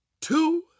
two